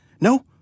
No